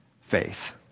faith